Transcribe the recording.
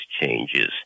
changes